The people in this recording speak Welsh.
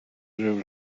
ryw